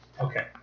okay